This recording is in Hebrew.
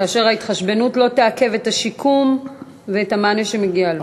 כאשר ההתחשבנות לא תעכב את השיקום ואת המענה שמגיע לו.